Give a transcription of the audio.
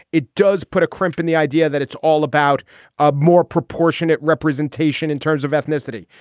it does put a crimp in the idea that it's all about a more proportionate representation in terms of ethnicity.